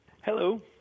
hello